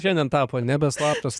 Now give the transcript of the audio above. šiandien tapo nebe slaptas